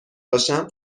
باشم